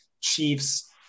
Chiefs